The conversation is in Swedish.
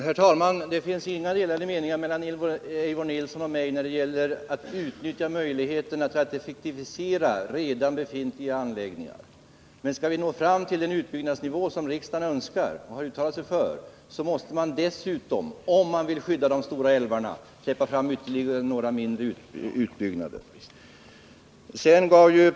Herr talman! Det finns inga delade meningar mellan Eivor Nilson och mig när det gäller att utnyttja möjligheterna till effektivisering av redan befintliga anläggningar. Men om man skall nå upp till den utbyggnadsnivå som riksdagen önskar och uttalat sig för måste man dessutom, om man vill skydda de stora älvarna, medge ytterligare några mindre utbyggnader.